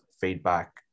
feedback